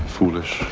foolish